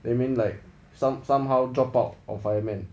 they mean like some somehow drop out of fireman